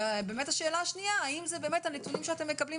השאלה השנייה האם זה באמת הנתונים שאתם מקבלים